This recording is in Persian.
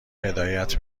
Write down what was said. هدایت